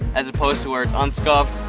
as opposed to where it's unscuffed.